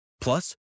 Plus